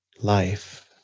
Life